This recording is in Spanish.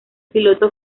piloto